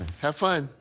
have fun.